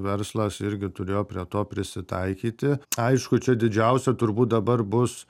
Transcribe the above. verslas irgi turėjo prie to prisitaikyti aišku čia didžiausia turbūt dabar bus